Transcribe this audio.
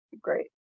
great